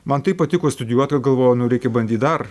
man taip patiko studijuot kad galvoju nu reikia bandyti dar